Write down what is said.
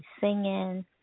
singing